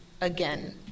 again